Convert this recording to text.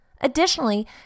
Additionally